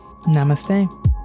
Namaste